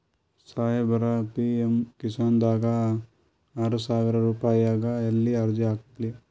ಸಾಹೇಬರ, ಪಿ.ಎಮ್ ಕಿಸಾನ್ ದಾಗ ಆರಸಾವಿರ ರುಪಾಯಿಗ ಎಲ್ಲಿ ಅರ್ಜಿ ಹಾಕ್ಲಿ?